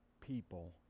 people